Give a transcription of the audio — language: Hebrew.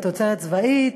על תוצרת צבאית,